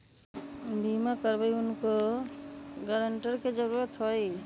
बिमा करबी कैउनो गारंटर की जरूरत होई?